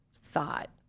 thought